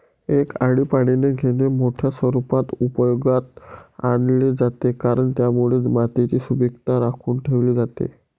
एक आळीपाळीने घेणे मोठ्या स्वरूपात उपयोगात आणले जाते, कारण त्यामुळे मातीची सुपीकता राखून ठेवली जाते